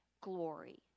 Glory